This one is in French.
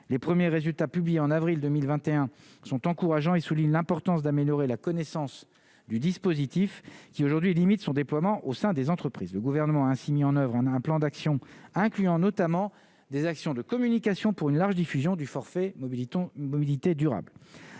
les premiers résultats publiés en avril 2021 sont encourageants et souligne l'importance d'améliorer la connaissance du dispositif qui aujourd'hui limite son déploiement au sein des entreprises, le gouvernement a ainsi mis en oeuvre, on a un plan d'action incluant notamment des actions de communication pour une large diffusion du forfait Mobilité,